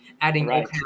adding